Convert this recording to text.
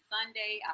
Sunday